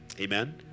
Amen